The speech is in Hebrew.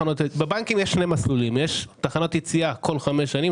בבנקים ישנם שני מסלולים: יש תחנת יציאה כל חמש שנים,